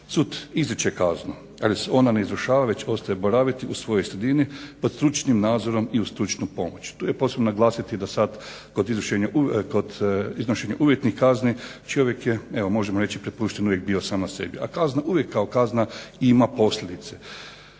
Sud izriče kaznu ali se ona ne izvršava već ostaje boraviti u svojoj sredini pod stručnim nadzorom i uz stručnu pomoć. Tu je potrebno naglasiti da sad kod iznošenja uvjetnih kazni čovjek je evo možemo reći prepušten uvijek bio sam sebi. A kazna uvijek kao kazna ima posljedice